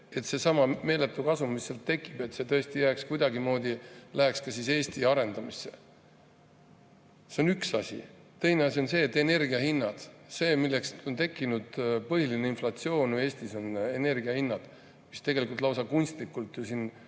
et seesama meeletu kasum, mis seal tekib, tõesti jääks siia, kuidagimoodi läheks ka Eesti arendamisse. See on üks asi. Teine asi on energiahinnad. See, millest on tekkinud põhiline inflatsioon Eestis, on energiahinnad, mis tegelikult lausa kunstlikult siin